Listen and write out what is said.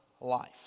life